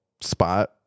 spot